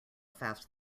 fast